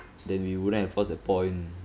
then we wouldn't have lost that point